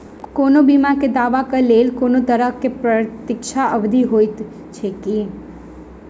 कोनो बीमा केँ दावाक लेल कोनों तरहक प्रतीक्षा अवधि होइत छैक की?